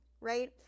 right